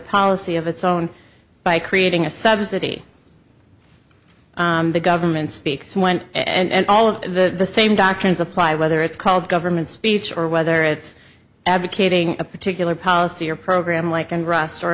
policy of its own by creating a subsidy the government speaks went and all of the same doctrines apply whether it's called government speech or whether it's advocating a particular policy or program like and roster